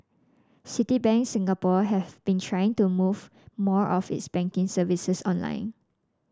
Citibank Singapore has been trying to move more of its banking services online